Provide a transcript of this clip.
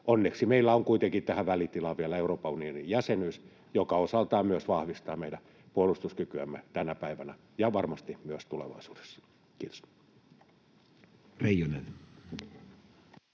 Onneksi meillä on kuitenkin tähän välitilaan vielä Euroopan unionin jäsenyys, joka osaltaan myös vahvistaa meidän puolustuskykyämme tänä päivänä ja varmasti myös tulevaisuudessa. — Kiitos.